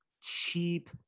cheap